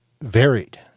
varied